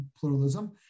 pluralism